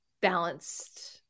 balanced